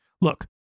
Look